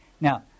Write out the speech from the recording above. Now